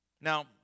Now